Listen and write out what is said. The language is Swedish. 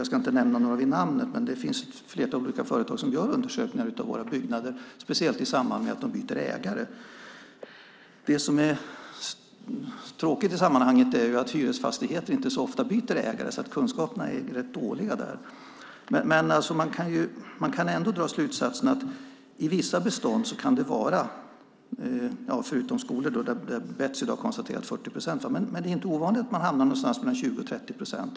Jag ska inte nämna några vid namn, men det finns ett flertal olika företag som gör undersökningar av våra byggnader - speciellt i samband med att de byter ägare. Det tråkiga i sammanhanget är att hyresfastigheter inte så ofta byter ägare, och därför är kunskaperna rätt dåliga där. Man kan ändå dra slutsatsen att i vissa bestånd - förutom skolor med en siffra på 40 procent - är det inte ovanligt att hamna mellan 20 och 30 procent.